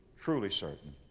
truly certain,